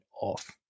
off